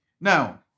Now